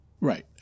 Right